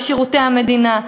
לשירותי המדינה.